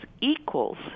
equals